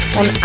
on